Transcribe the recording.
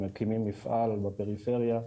מקימים מפעל בפריפריה,